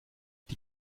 die